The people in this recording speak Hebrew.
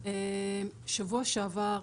ראשית: בשבוע שעבר,